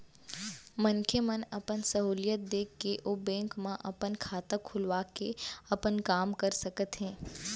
मनखे मन अपन सहूलियत देख के ओ बेंक मन म अपन खाता खोलवा के अपन काम कर सकत हें